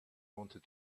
wanted